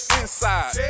inside